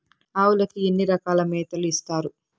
ఆవులకి ఎన్ని రకాల మేతలు ఇస్తారు?